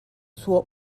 suo